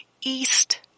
east